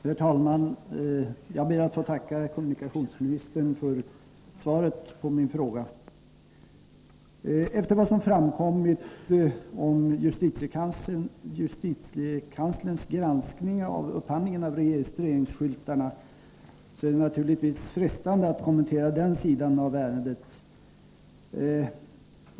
Herr talman! Jag ber att få tacka kommunikationsministern för svaret på min fråga. Efter vad som framkommit om justitiekanslerns granskning av upphandlingen av registreringsskyltarna är det naturligtvis frestande att kommentera den sidan av ärendet.